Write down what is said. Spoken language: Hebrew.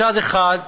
מצד אחד,